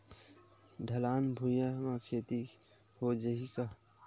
ढलान भुइयां म खेती हो जाही का?